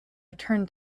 return